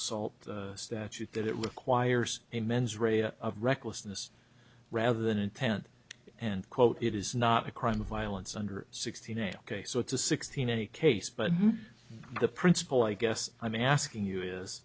simple salt statute that it requires a mens rea of recklessness rather than intent and quote it is not a crime of violence under sixteen a ok so it's a sixteen any case but the principle i guess i'm asking you is